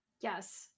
Yes